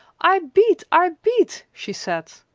i beat i beat, she said.